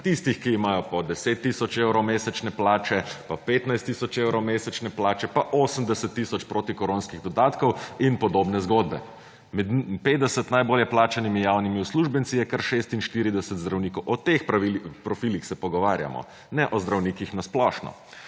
tistih ki imajo po 10 tisoč evrov mesečne plače, pa 15 tisoč evrov mesečne plače, pa 80 tisoč protikoronskih dodatkov in podobne zgodbe. 50 najbolje plačanimi javnimi uslužbenci je kar 46 zdravnikov. O teh profilih se pogovarjamo ne o zdravnikih na splošno.